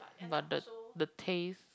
but the the taste